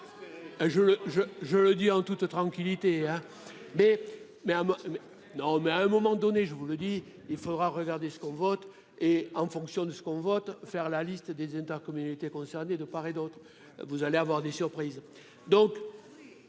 je le dis en toute tranquillité, hein, mais, mais non, mais à un moment donné, je vous le dis, il faudra regarder ce qu'on vote et en fonction de ce qu'on vote, faire la liste des intercommunalités concernées de part et d'autre, vous allez avoir des surprises